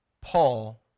Paul